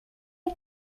you